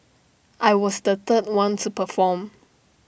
I was the third one to perform